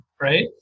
right